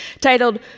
titled